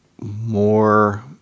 more